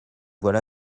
voilà